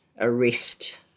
arrest